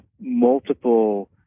multiple